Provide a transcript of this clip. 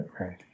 Right